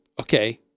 okay